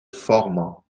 formans